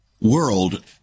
World